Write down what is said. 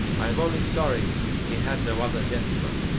i am only sorry he had no other deathsman.